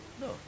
No